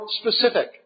specific